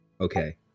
okay